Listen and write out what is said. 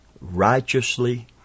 righteously